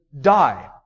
die